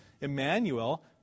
Emmanuel